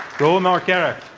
reuel marc gerecht.